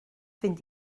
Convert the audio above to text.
fynd